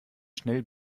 schnell